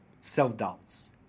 self-doubts